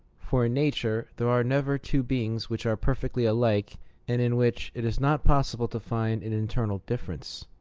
for in nature there are never two beings which are perfectly alike and in which it is not possible to find an internal difference,